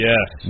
Yes